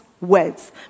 words